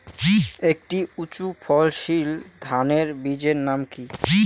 একটি উচ্চ ফলনশীল ধানের বীজের নাম কী?